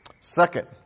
Second